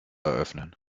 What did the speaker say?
eröffnen